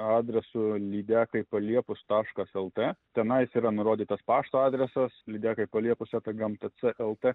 adresu lydekai paliepus taškas lt tenais yra nurodytas pašto adresas lydekai paliepus eta gamtc lt